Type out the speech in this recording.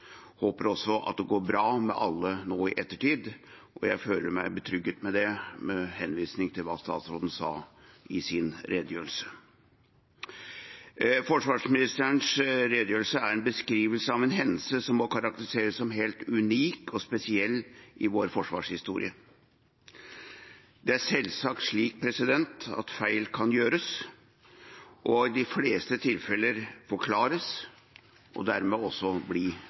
håper også at det går bra med alle nå i ettertid. Jeg føler meg trygg på det, med henvisning til det som statsråden sa i redegjørelsen sin. Forsvarsministerens redegjørelse er en beskrivelse av en hendelse som må karakteriseres som helt unik og spesiell i vår forsvarshistorie. Selvsagt kan feil gjøres, i de fleste tilfeller også forklares, og dermed også